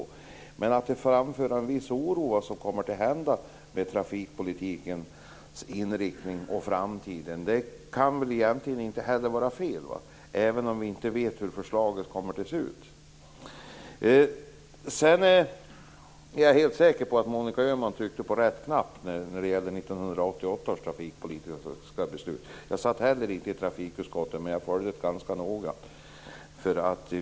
Men det kan inte vara fel att framföra en viss oro över vad som kommer att hända med trafikpolitikens inriktning i framtiden, även om vi inte vet hur förslaget kommer att se ut. Sedan är jag helt säker på att Monica Öhman tryckte på rätt knapp i 1988 års trafikpolitiska beslut. Jag satt heller inte i trafikutskottet, men jag följde det här ganska noga.